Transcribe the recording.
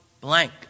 blank